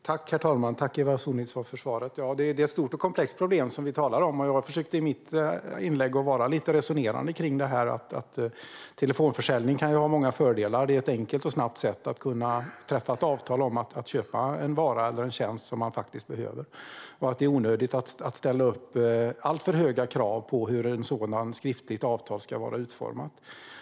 Herr talman! Tack, Eva Sonidsson, för svaret! Det är ett stort och komplext problem vi talar om. Jag försökte i mitt inlägg att vara lite resonerande. Telefonförsäljning kan ha många fördelar. Det är ett enkelt och snabbt sätt att kunna träffa ett avtal om att köpa en vara eller en tjänst som man behöver. Det är onödigt att ställa upp alltför höga krav på hur ett sådant skriftligt avtal ska vara utformat.